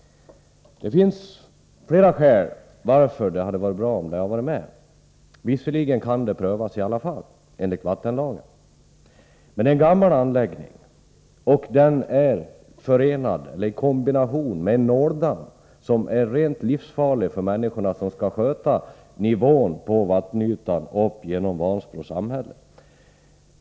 Det finns flera skäl varför det hade varit bra om Skifsforsen tagits med. Visserligen kan det i alla fall bli en prövning enligt vattenlagen. Men det rör sig om en gammal anläggning. Det är en kombination med en nåldamm, som är rent livsfarlig för de människor som skall kontrollera ytnivån på det vatten som sträcker sig in i Vansbro samhälle.